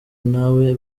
ntawe